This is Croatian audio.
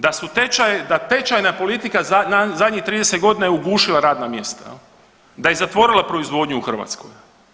Da su tečaj, da tečajna politika zadnjih 30 godina je ugušila radna mjesta, da je zatvorila proizvodnju u Hrvatskoj.